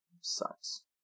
sucks